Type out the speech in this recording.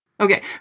Okay